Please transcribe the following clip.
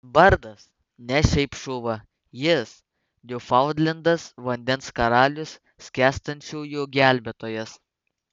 bardas ne šiaip šuva jis niūfaundlendas vandens karalius skęstančiųjų gelbėtojas